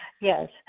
Yes